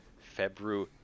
February